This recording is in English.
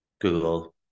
Google